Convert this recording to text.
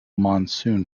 monsoon